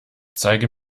zeige